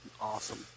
Awesome